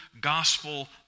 gospel